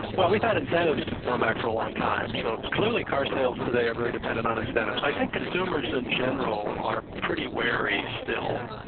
well, we've had incentives going back for a long time. so clearly car sales today are very dependent on incentives. i think consumers in general are pretty wary still,